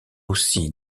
aussi